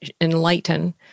enlighten